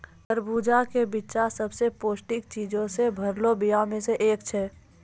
तरबूजा के बिच्चा सभ से पौष्टिक चीजो से भरलो बीया मे से एक छै